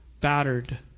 battered